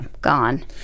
gone